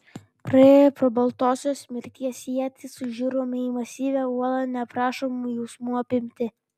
praėję pro baltosios mirties ietį sužiurome į masyvią uolą neaprašomų jausmų apimti